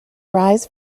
rise